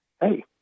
hey